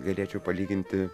galėčiau palyginti